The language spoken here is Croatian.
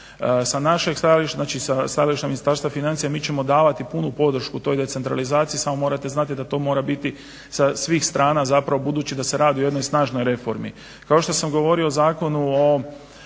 S našeg stajališta znači sa stajališta Ministarstva financija mi ćemo davati punu podršku toj decentralizaciji samo morate znati da to mora biti sa svih strana budući da se radi o jednoj snažnoj reformi. Kao što sam govorio kada je